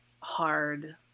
hard